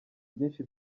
byinshi